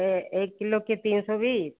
एक किलो के तीन सौ बीस